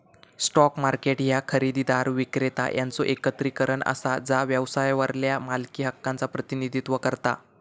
stock market ह्या खरेदीदार, विक्रेता यांचो एकत्रीकरण असा जा व्यवसायावरल्या मालकी हक्कांचा प्रतिनिधित्व करता